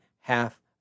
half